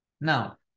Now